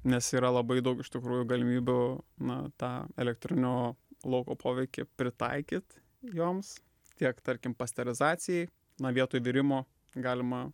nes yra labai daug iš tikrųjų galimybių na tą elektrinio lauko poveikį pritaikyt joms tiek tarkim pasterizacijai na vietoj virimo galima